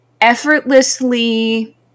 effortlessly